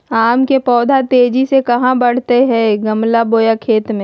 आम के पौधा तेजी से कहा बढ़य हैय गमला बोया खेत मे?